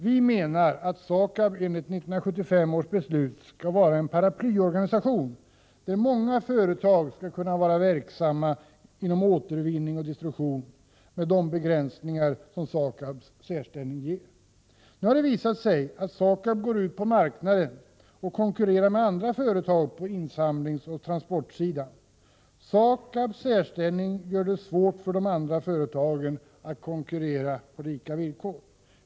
Vi menar att SAKAB enligt 1975 års beslut skall vara en paraplyorganisation, där många företag skall kunna vara verksamma inom återvinningsoch destruktionsområdet med de begränsningar som SAKAB:s särställning ger. Det har visat sig att SAKAB går ut på marknaden och konkurrerar med andra företag på insamlingsoch transportsidan. SAKAB:s särställning gör det svårt för de andra företagen att konkurrera på lika villkor.